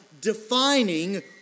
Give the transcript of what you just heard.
defining